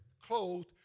clothed